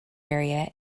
area